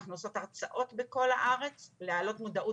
אנחנו עושות הרצאות בכל הארץ על מנת להעלות את המודעות